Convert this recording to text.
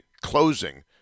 closing